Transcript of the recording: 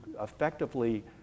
effectively